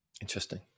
interesting